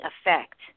effect